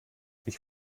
ich